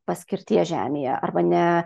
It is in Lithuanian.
paskirties žemėje arba ne